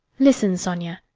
listen, sonia,